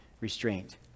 restraint